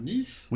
Nice